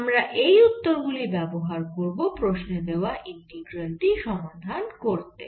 আমরা এই উত্তর গুলি ব্যবহার করব প্রশ্নে দেওয়া ইন্টিগ্রাল টি সমাধান করতে